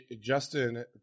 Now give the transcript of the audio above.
Justin